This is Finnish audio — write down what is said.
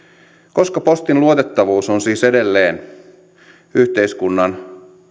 koska postin luotettavuus on siis edelleen yhteiskunnan